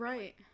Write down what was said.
Right